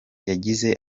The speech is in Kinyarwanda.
yagize